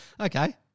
Okay